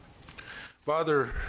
Father